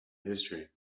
history